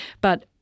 But-